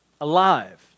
alive